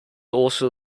also